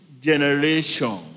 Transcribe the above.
generation